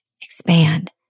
expand